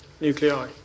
nuclei